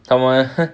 他们